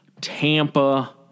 Tampa